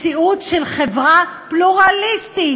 מציאות של חברה פלורליסטית,